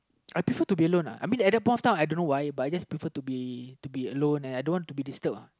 I prefer to be aloneuhI mean at that point of time I don't know why but I just prefer to be to be alone and I don't want to be disturbed uh